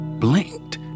Blinked